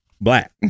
black